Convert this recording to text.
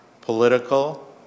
political